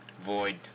Void